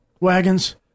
wagons